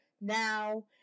now